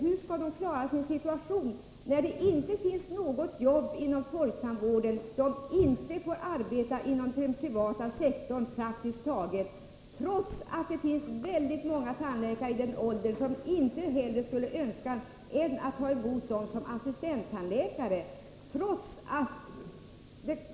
Hur skall de klara sin situation när det inte finns några jobb inom folktandvården och när de praktiskt taget inte alls får arbeta inom den privata sektorn — trots att många tandläkare inget hellre skulle önska än att ta emot dem som assistenttandläkare?